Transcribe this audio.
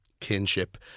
kinship